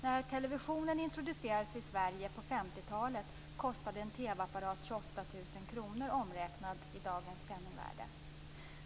När televisionen introducerades i Sverige på 50-talet kostade en TV-apparat 28 000 kr omräknat i dagens penningvärde.